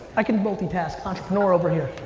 i can multitask. entrepreneur over here.